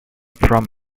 from